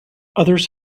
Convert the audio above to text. others